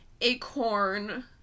Acorn